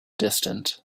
distant